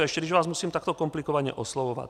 A ještě když vás musím takto komplikovaně oslovovat.